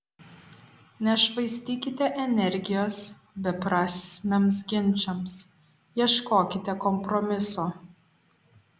nešvaistykite energijos beprasmiams ginčams ieškokite kompromiso